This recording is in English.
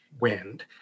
wind